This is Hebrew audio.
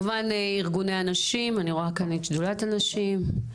ארגוני הנשים, אני רואה כאן את שדולת הנשים,